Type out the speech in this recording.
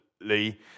Lee